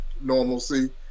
normalcy